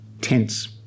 tense